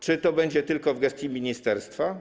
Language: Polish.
Czy to będzie tylko w gestii ministerstwa?